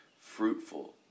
fruitful